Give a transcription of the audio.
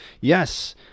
Yes